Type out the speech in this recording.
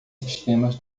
sistemas